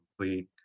complete